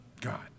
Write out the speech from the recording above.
God